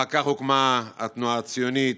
אחר כך הוקמה התנועה הציונית.